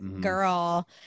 girl